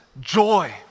joy